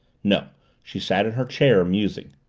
no she sat in her chair, musing.